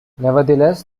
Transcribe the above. nevertheless